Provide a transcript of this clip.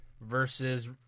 Versus